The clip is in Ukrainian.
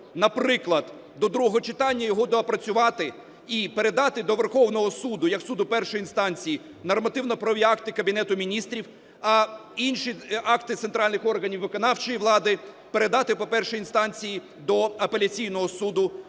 наприклад, до другого читання його доопрацювати і передати до Верховного Суду, як суду першої інстанції, нормативно-правові акти Кабінету Міністрів, а інші акти органів виконавчої влади передати, по-перше, інстанції до Апеляційного суду